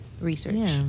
research